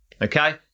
okay